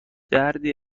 دردی